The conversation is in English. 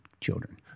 children